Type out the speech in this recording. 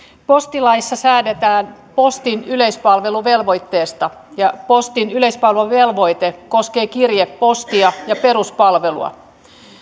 postilaissa säädetään postin yleispalveluvelvoitteesta ja postin yleispalveluvelvoite koskee kirjepostia ja peruspalvelua